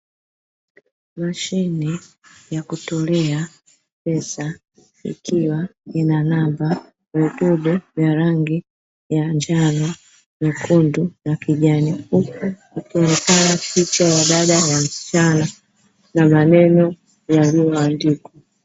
Mashine ya kutolea pesa, ikiwa ina namba, vidude vya rangi ya njano, nyekundu na kijani. Huku ikionekana picha ya wadada na msichana, na maneno yaliyoandikwa.